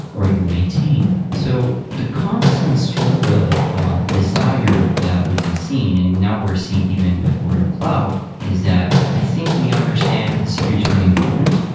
or even maintained? so the constant sort of ah ah desire that we've been seeing and we now we're seeing even the word of cloud is that i think we understand the security is really important,